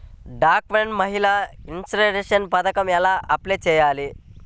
డ్వాక్రా మహిళలకు ఇన్సూరెన్స్ పథకం ఎలా అప్లై చెయ్యాలి?